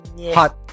Hot